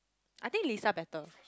I think Lisa better